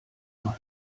mal